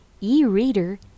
e-reader